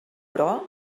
però